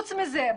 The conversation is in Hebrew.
חוץ מזה,